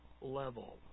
level